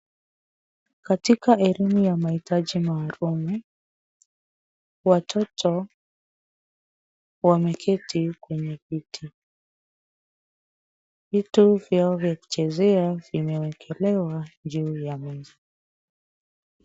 Katika elimu ya mahitaji maalum, watoto wameketi kwenye viti. Vitu vyao wa kuchezea vimewekelewa juu ya meza.